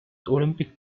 olympic